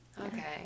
Okay